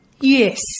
Yes